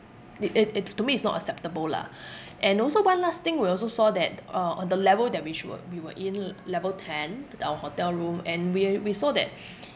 i~ i~ if to me is not acceptable lah and also one last thing we also saw that uh on the level that which were we were in l~ level ten with our hotel room and we uh we saw that